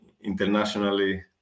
internationally